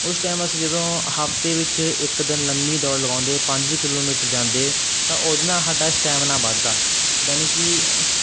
ਉਸ ਟਾਈਮ ਅਸੀਂ ਜਦੋਂ ਹਫਤੇ ਵਿੱਚ ਇੱਕ ਦਿਨ ਲੰਮੀ ਦੌੜ ਲਗਾਉਂਦੇ ਪੰਜ ਕਿਲੋਮੀਟਰ ਜਾਂਦੇ ਤਾਂ ਉਹਦੇ ਨਾਲ ਸਾਡਾ ਸਟੈਮੀਨਾ ਵਧਦਾ ਯਾਨੀ ਕਿ